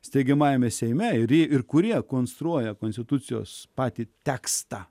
steigiamajame seime ir ir kurie konstruoja konstitucijos patį tekstą